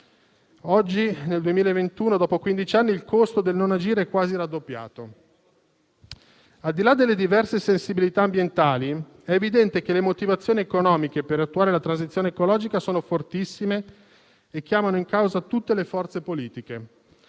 oggi, nel 2021, dopo quindici anni, il costo del non agire è quasi raddoppiato. Al di là delle diverse sensibilità ambientali, è evidente che le motivazioni economiche per attuare la transizione ecologica sono fortissime e chiamano in causa tutte le forze politiche,